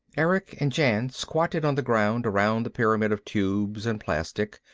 erick and jan squatted on the ground around the pyramid of tubes and plastic,